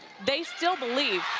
they still believe.